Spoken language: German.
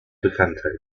bekanntheit